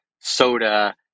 soda